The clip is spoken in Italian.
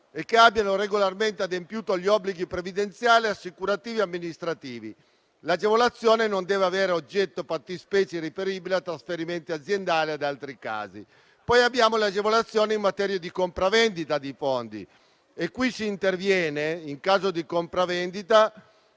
e che abbiano regolarmente adempiuto agli obblighi previdenziali, assicurativi e amministrativi. L'agevolazione non deve avere a oggetto fattispecie riferibili a trasferimenti aziendali e ad altri casi. Vi sono poi le agevolazioni in materia di compravendita di fondi. Si interviene, in caso di compravendita